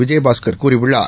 விஜயபாஸ்கர் கூறியுள்ளார்